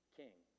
king